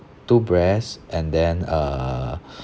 two breast and then uh